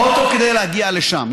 אוטו כדי להגיע לשם.